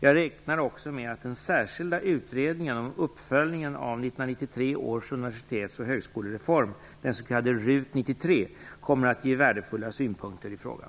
Jag räknar också med att den särskilda utredningen om uppföljning av 1993 års universitets och högskolereform kommer att ge värdefulla synpunkter i frågan.